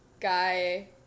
Guy